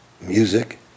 music